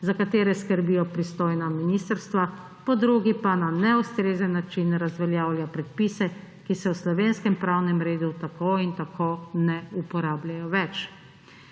za katere skrbijo pristojna ministrstva, po drugi pa na neustrezen način razveljavlja predpise, ki se v slovenskem pravnem redu tako ali tako ne uporabljajo več.